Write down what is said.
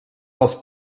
dels